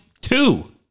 two